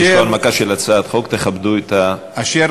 יש הנמקה של הצעת חוק, תכבדו את המציע.